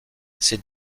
ces